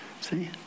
See